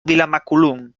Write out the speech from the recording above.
vilamacolum